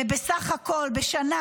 ובסך הכול בשנה,